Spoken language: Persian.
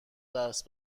درس